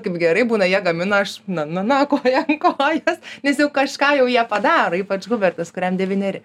kaip gerai būna jie gamina aš na na na koja ant kojos nes jau kažką jau jie padaro ypač hubertas kuriam devyneri